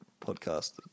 podcast